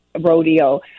rodeo